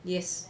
yes